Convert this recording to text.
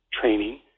training